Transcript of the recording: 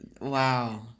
Wow